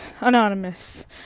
Anonymous